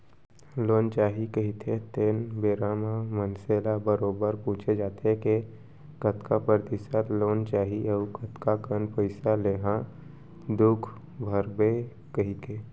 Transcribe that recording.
loan चाही रहिथे तेन बेरा म मनसे ल बरोबर पूछे जाथे के कतका परतिसत लोन चाही अउ कतका कन पइसा तेंहा खूद भरबे कहिके